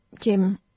Jim